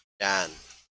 and